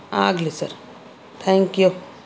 ಆಗಲಿ sir thank you